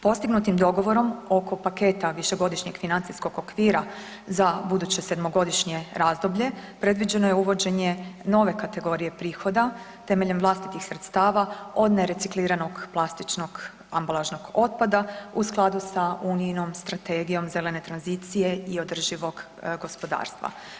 Postignutim dogovorom oko paketa višegodišnjeg financijskog okvira za buduće 7-godišnje razdoblje, predviđeno je uvođenje nove kategorije prihoda temeljem vlastitih sredstava od nerecikliranog plastičnog ambalažnog otpada u skladu sa Unijinom Strategijom zelene tranzicije i održivog gospodarstva.